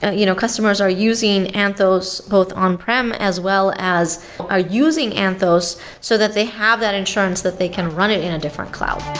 you know customers are using anthos both on-prem as well as are using anthos so that they have that insurance that they can run it in a different cloud.